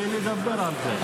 ונדבר על זה.